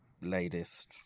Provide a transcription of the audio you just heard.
latest